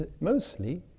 Mostly